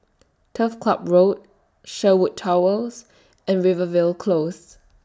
Turf Club Road Sherwood Towers and Rivervale Close